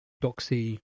doxy